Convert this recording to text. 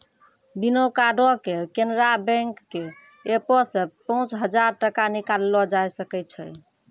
बिना कार्डो के केनरा बैंक के एपो से पांच हजार टका निकाललो जाय सकै छै